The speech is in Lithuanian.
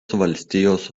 valstijos